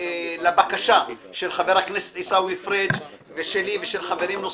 לבקשה של חבר הכנסת עיסאווי פריג' ושלי ושל חברים נוספים.